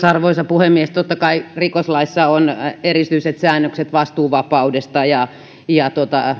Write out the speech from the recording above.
arvoisa puhemies totta kai rikoslaissa on erityiset säännökset vastuuvapaudesta ja ja